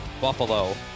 Buffalo